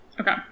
okay